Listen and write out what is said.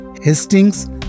Hastings